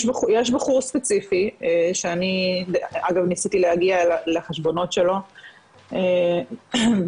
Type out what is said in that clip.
יש בחור ספציפי שאני אגב ניסיתי להגיע לחשבונות שלו וצילמתי